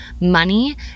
money